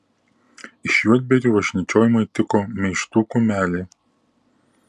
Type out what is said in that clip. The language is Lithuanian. iš juodbėrių važnyčiojimui tiko meištų kumelė